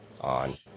on